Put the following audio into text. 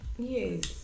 Yes